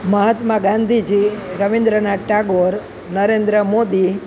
Mahatma Gandhiji Rabindranath Tagore Narendra Modi